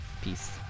Peace